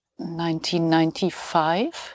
1995